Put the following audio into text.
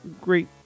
great